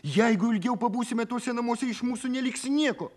jeigu ilgiau pabūsime tuose namuose iš mūsų neliks nieko